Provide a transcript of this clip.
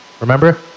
Remember